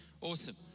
awesome